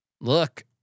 Look